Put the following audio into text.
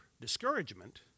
discouragement